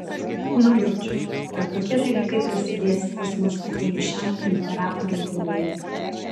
nujaučiau kad tokie dalykai prasidės pas mus atėjus šiam imperatoriui klounui